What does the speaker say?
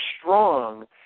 strong